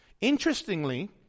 Interestingly